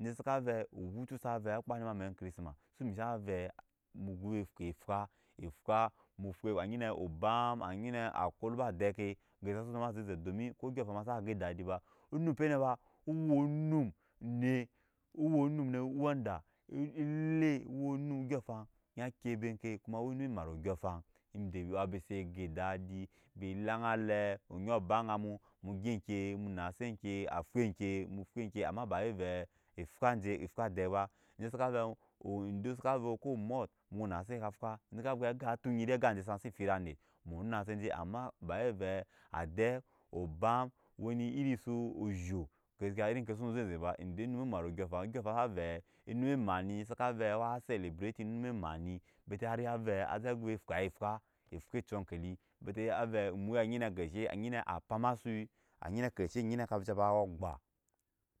Ede saka ve owoto su ve akpa ni eme amɛk christm su misha sa ve ko ve muko ve fwɛ fwa fwa mu fwe wa anyi ne obm anyine akolba deke domi ko odyɔŋ a faŋ ma se ge dadi ba onumpe neba owo num ne owo num ne wada ele owo num dyɔŋ afaŋ nyi kibe ke koma wo num maro odyɔŋ afaŋ ede we bise ge dadi b laŋale onɔ ba aŋa mu mu gya ke mu nase ke a fwɛ ke mu fwe ke ema bawe vɛ efwa je efwa dɛk ba ede saka ve ede saka ve ko omalt mu nase ka fwa ede saka ve aga tonyi dei ama bawe vɛ odɛk obam woni yiri so ozho kaskiya yiri ke so zeze ba ede numa maro odyɔŋ a faŋ odyɔŋ afaŋ sa ve onume mat mi saka ve a salabrng numo mat ni bete hari a vɛ aze je vɛ fwa affwa fwe juɔ akeli bete ave muya anyi nne veze anyine vica ba gba